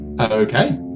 Okay